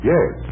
Yes